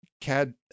Cad